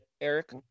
Eric